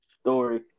story